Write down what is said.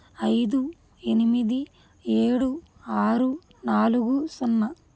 ఐదు ఎనిమిది ఏడు ఆరు నాలుగు సున్నా